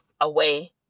away